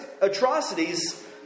atrocities